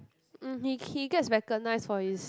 um he he gets recognised for his